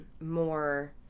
more